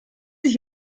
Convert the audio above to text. sich